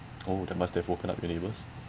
oh that must have woken up your neighbours